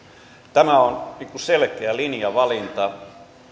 tämä on selkeä linjavalinta